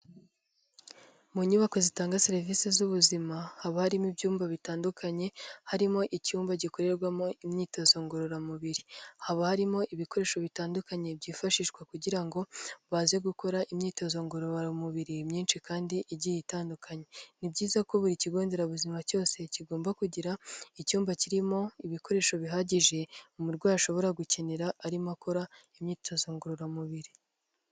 Mu nyubako zitanga serivisi z'ubuzima haba harimo ibyumba bitandukanye harimo icyumba gikorerwamo imyitozo ngororamubiri. Haba harimo ibikoresho bitandukanye byifashishwa kugira ngo baze gukora imyitozo ngororamubiri myinshi kandi igiye itandukanye. Ni byiza ko buri kigo nderabuzima cyose kigomba kugira icyumba kirimo ibikoresho bihagije umurwayi ashobora gukenera arimo akora imyitozo ngororamubiri.